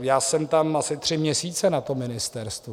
Já jsem tam asi tři měsíce na ministerstvu.